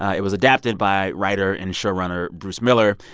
it was adapted by writer and showrunner bruce miller.